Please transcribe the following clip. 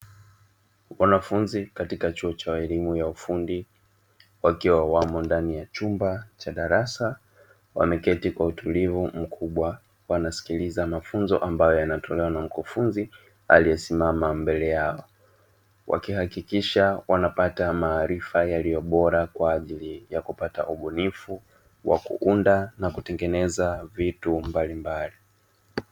Wanafunzi katika chuo cha ualimu ya ufundi wakiwa wamo ndani ya chumba cha darasa, wameketi kwa utulivu mkubwa wanasikiliza mafunzo ambayo yanatolewa na mkufunzi aliyesimama mbele yao. Wakihakikisha wanapata maarifa yaliyo bora kwa ajili ya kupata ubunifu wa kuunda na kutengeneza vitu mbalimbali.